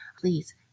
Please